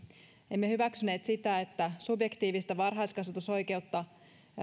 emme hyväksyneet sitä että subjektiivista varhaiskasvatusoikeutta